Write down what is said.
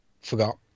Forgot